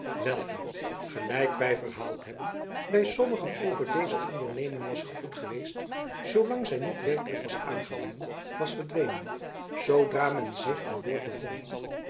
welke gelijk wij verhaald hebben bij sommigen over deze onderneming was gevoed geweest zoolang zij niet werkelijk was aangevangen was verdwenen zoodra men zich aan boord bevond